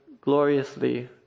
gloriously